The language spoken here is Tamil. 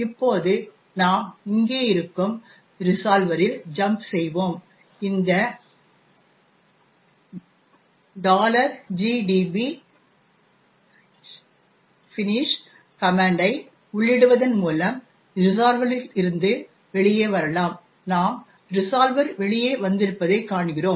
இப்போது நாம் இங்கே இருக்கும் ரிசால்வரில் ஜம்ப் செய்வோம் இந்த gdb finish கமன்ட் ஐ உள்ளிடுவதன் மூலம் ரிசால்வரிலிருந்து வெளியே வரலாம் நாம் ரிசால்வரிலிருந்து வெளியே வந்திருப்பதைக் காண்கிறோம்